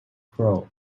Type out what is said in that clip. grow